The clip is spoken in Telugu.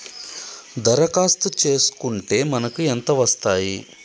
దరఖాస్తు చేస్కుంటే మనకి ఎంత వస్తాయి?